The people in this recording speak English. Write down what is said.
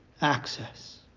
access